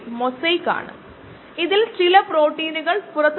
practice problem 2